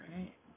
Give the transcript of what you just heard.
Right